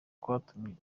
kwatumye